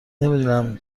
نمیدونم